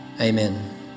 Amen